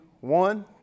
one